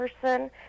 person